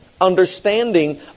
understanding